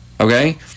okay